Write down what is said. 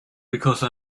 because